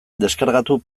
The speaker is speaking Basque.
deskargatu